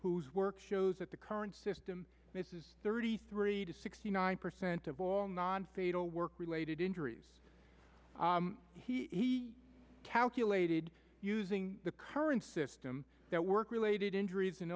whose work shows that the current system thirty three to sixty nine percent of all non fatal work related injuries he calculated using the current system that work related injuries and